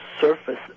surface